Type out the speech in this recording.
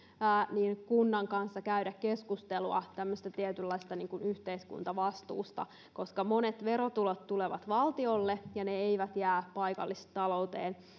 niin kunnan kanssa olisi hyvä käydä keskustelua tämmöisestä tietynlaisesta yhteiskuntavastuusta koska monet verotulot tulevat valtiolle ja ne eivät jää paikallistalouteen